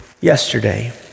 yesterday